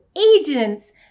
agents